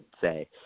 say